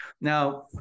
Now